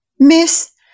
Miss